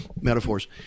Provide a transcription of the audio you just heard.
metaphors